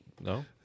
No